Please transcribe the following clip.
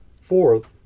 Fourth